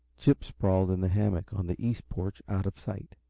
chip sprawled in the hammock on the east porch, out of sight.